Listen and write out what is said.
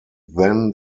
then